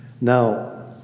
Now